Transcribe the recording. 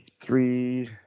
three